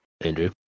Andrew